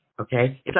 Okay